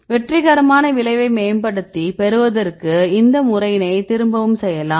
வெற்றிகரமான விளைவை மேம்படுத்தி பெறுவதற்கு இந்த முறையினை திரும்பவும் செய்யலாம்